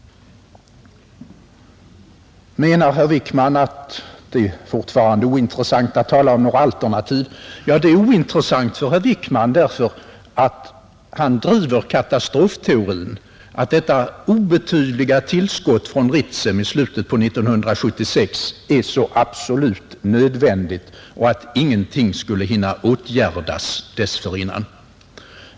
Herr Wickman menar att det fortfarande är ointressant att tala om några alternativ. Ja, det är ointressant för herr Wickman, därför att han driver katastrofteorin, att detta obetydliga tillskott från Ritsem i slutet på 1976 är så absolut nödvändigt och att ingenting skulle hinna åtgärdas dessförinnan.